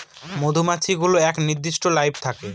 মধুমাছি গুলোর এক নির্দিষ্ট লাইফ থাকে